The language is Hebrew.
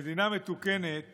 במדינה מתוקנת